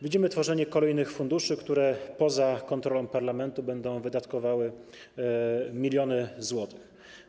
Widzimy tworzenie kolejnych funduszy, które poza kontrolą parlamentu będą wydatkowały miliony złotych.